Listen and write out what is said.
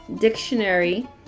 dictionary